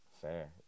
Fair